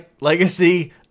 legacy